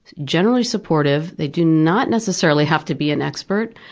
generally supportive they do not necessarily have to be an expert,